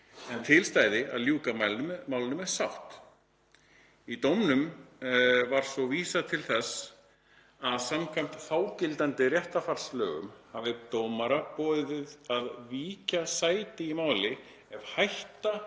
en til stæði að ljúka málinu með sátt. Í dóminum var svo vísað til þess að samkvæmt þágildandi réttarfarslögum hafi dómara borið að víkja sæti í máli ef hætta